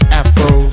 afro